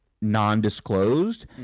non-disclosed